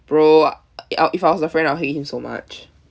bro I if I was the friend I will hate him so much